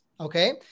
Okay